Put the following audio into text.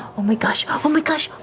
oh my gosh, oh my gosh.